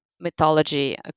mythology